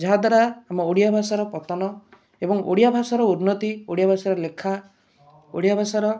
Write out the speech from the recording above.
ଯାହା ଦ୍ଵାରା ଆମ ଓଡ଼ିଆ ଭାଷାର ପତନ ଏବଂ ଓଡ଼ିଆ ଭାଷାର ଉନ୍ନତି ଓଡ଼ିଆ ଭାଷାର ଲେଖା ଓଡ଼ିଆ ଭାଷାର